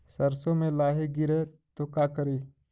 सरसो मे लाहि गिरे तो का करि?